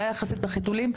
זה היה יחסית בחיתולים,